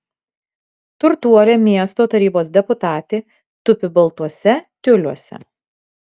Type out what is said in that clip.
turtuolė miesto tarybos deputatė tupi baltuose tiuliuose